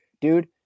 dude